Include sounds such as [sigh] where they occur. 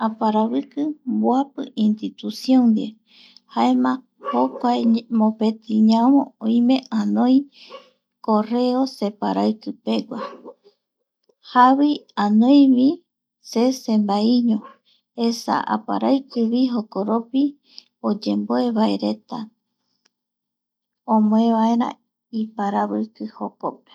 Aparaviki mboapi institución ndie, jaema [noise] jokua mopetiñavo, oime anoi [noise] correo separaikipegua [noise] javii anoivi se sembaiño [noise] esa [noise] aparaikivi jokoropi oyemboevaereta omeevaera iparaviki jokope.